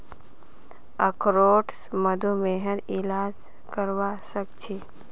अखरोट स मधुमेहर इलाज करवा सख छी